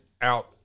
out